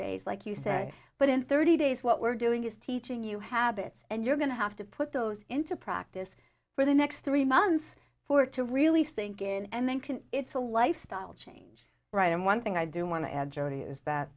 days like you say but in thirty days what we're doing is teaching you have bits and you're going to have to put those into practice for the next three months for to really sink in and then can it's a lifestyle change right and one thing i do want to add jodie is that